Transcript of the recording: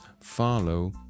follow